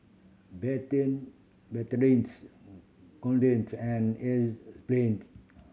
Betadine Betadine's Kordel's and Enzyplex